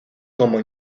como